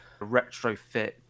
retrofit